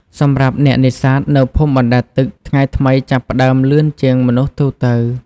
សម្រាប់អ្នកនេសាទនៅភូមិបណ្តែតទឹក ថ្ងៃថ្មីចាប់ផ្តើមលឿនជាងមនុស្សទូទៅ។